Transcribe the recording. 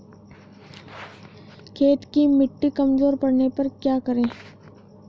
खेत की मिटी कमजोर पड़ने पर क्या करें?